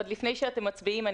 עוד לפני שאתם מצביעים,